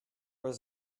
was